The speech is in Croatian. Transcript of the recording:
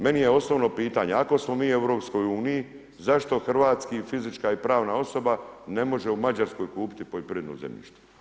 Meni je osobno pitanje ako smo mi u EU zašto hrvatska fizička i pravna osoba ne može u Mađarskoj kupiti poljoprivredno zemljište.